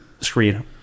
screen